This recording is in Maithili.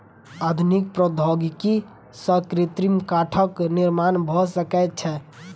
आधुनिक प्रौद्योगिकी सॅ कृत्रिम काठक निर्माण भ सकै छै